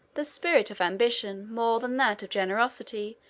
the spirit of ambition, more than that of generosity,